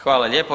Hvala lijepo.